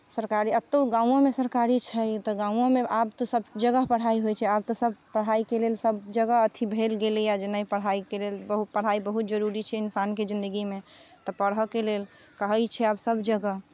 सरकारी एतहु गामोमे सरकारी छै तऽ गामोमे आब तऽ सभजगह पढ़ाइ होइ छै आब तऽ सभ जगह पढ़ाइके लेल सभजगह अथि भेल गेलैए जे नहि पढ़ाइ बहुत जरूरी छै इंसानके जिंदगीमे तऽ पढ़यके लेल आब कहै छै सभजगह